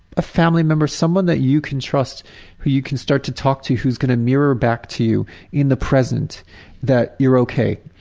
a family member, someone that you can trust who you can start to talk to who's gonna mirror back to you in the present that you're ok,